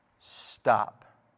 Stop